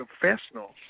professional